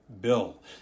bill